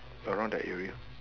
around that area